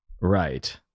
Right